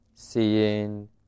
seeing